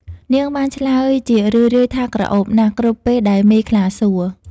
នាងបានឆ្លើយជារឿយៗថាក្រអូបណាស់ គ្រប់ពេលដែលមេខ្លាសួរ។